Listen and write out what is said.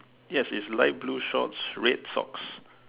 yes it's light blue shorts red socks